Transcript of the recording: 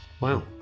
Wow